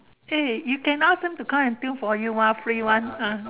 eh you can ask them to tune for you mah free [one]